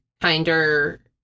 kinder